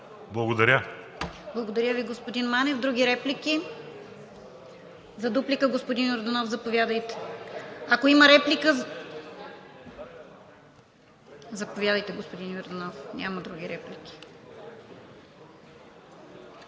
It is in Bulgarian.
КИРОВА: Благодаря Ви, господин Манев. Други реплики? За дуплика, господин Йорданов, заповядайте. Ако има реплика? Заповядайте, господин Йорданов. Няма други реплики.